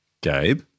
Gabe